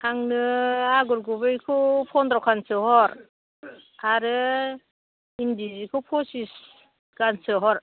आंनो आगर गुबैखौ पन्द्र'खानसो हर आरो इन्दि दिखौ पसिसखानसो हर